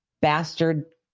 bastard